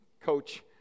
Coach